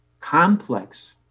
complex